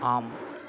ஆம்